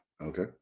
Okay